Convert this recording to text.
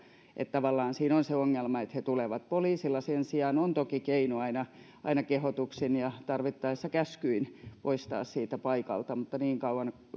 tavallaan siinä on se ongelma että he tulevat poliisilla sen sijaan on toki keino aina aina kehotuksin ja tarvittaessa käskyin poistaa siitä paikalta mutta niin kauan